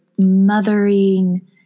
mothering